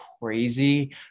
crazy